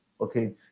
okay